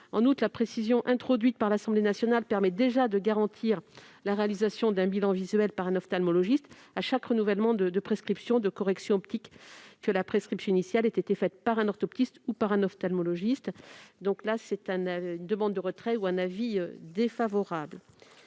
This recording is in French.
En outre, la précision introduite par l'Assemblée nationale permet déjà de garantir la réalisation d'un bilan visuel par un ophtalmologiste à chaque renouvellement de prescription de corrections optiques, que la prescription initiale ait été faite par un orthoptiste ou par un ophtalmologiste. L'amendement n° 730, quant à lui, conditionne